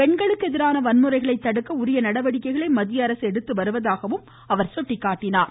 பெண்களுக்கு எதிரான வன்முறைகளை தடுக்க உரிய நடவடிக்கைகளை மத்திய அரசு எடுத்துவருவதாகவும் அவர் சுட்டிக்காட்டினார்